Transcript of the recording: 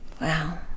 Wow